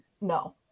No